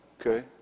Okay